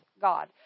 God